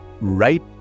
right